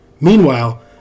Meanwhile